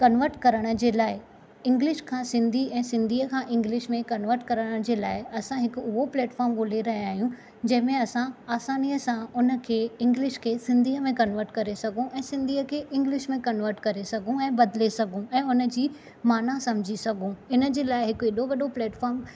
convert करण जे लाइ इंग्लिश खां सिंधी ऐं सिंधीअ खां इंग्लिश में कंवर्ट करण जे लाइ असां हिकु उहो पलैटफॉर्म ॻोल्हे रहिया आहियूं जंहिं में असां आसानीअ सां उन खे इंग्लिश खे सिंधीअ में कंवर्ट करे सघूं ऐं सिंधीअ खे इंग्लिश में कंवर्ट करे सघूं ऐं बदले सघूं ऐं उन जी माना समझी सघूं हिन जे लाइ हिकु ऐॾो वॾो पलैटफॉर्म